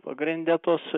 pagrinde tos